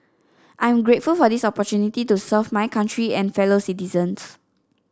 I'm grateful for this opportunity to serve my country and fellow citizens